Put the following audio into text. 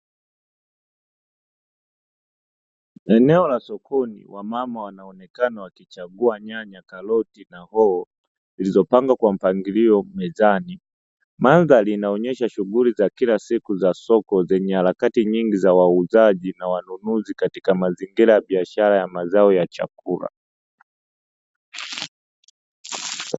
Eneo la sokoni lenye harakati nyingi labununuzi na uuzaji wa bidhaa nyingi za chakula